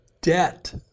debt